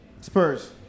Spurs